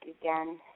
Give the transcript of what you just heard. again